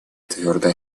твердо